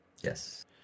Yes